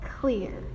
clear